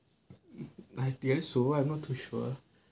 I guess so I'm not too sure